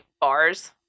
bars